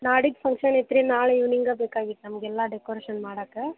ನಾಡಿದ್ದು ಫಂಕ್ಷನ್ ಐತ್ರಿ ನಾಳೆ ಇವ್ನಿಂಗೇ ಬೇಕಾಗಿತ್ತು ನಮಗೆಲ್ಲಾ ಡೆಕೋರೇಷನ್ ಮಾಡಕ್ಕೆ